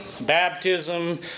baptism